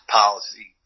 policy